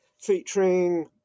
featuring